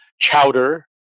Chowder